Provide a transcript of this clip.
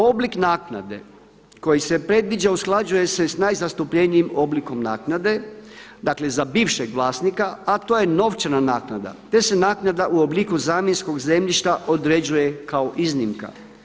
Oblik naknade koji se predviđa usklađuje se sa najzastupljenijim oblikom naknade, dakle za bivšeg vlasnika, a to je novčana naknada, te se naknada u obliku zamjenskog zemljišta određuje kao iznimka.